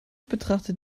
betrachtet